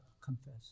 confess